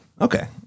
Okay